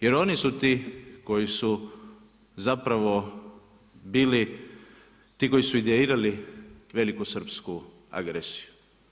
Jer oni su ti koji su zapravo bili ti koji su idejirali velikosrpsku agresiju.